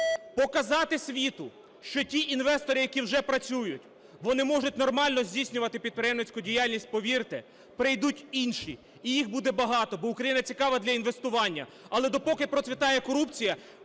показати світу, що ті інвестори, які вже працюють, вони можуть нормально здійснювати підприємницьку діяльність, повірте, прийдуть інші і їх буде багато, бо Україна цікава для інвестування, але допоки процвітає корупція,